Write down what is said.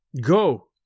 Go